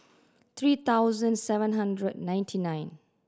three thousand seven hundred and ninety nine